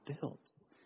builds